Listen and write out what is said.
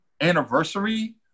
anniversary